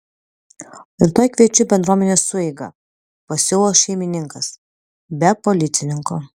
rytoj kviečiu bendruomenės sueigą pasiūlo šeimininkas be policininko